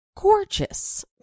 gorgeous